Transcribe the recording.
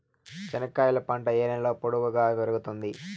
చెనక్కాయలు పంట ఏ నేలలో పొడువుగా పెరుగుతుంది?